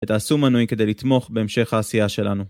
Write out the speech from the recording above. ותעשו מנוי כדי לתמוך בהמשך העשייה שלנו.